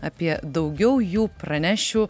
apie daugiau jų pranešiu